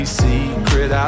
secret